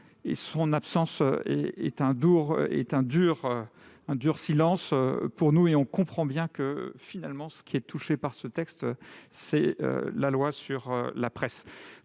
Son absence est un dur silence pour nous. Nous comprenons bien que, finalement, ce qui est touché par ce texte est la loi sur la liberté